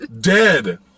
Dead